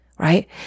right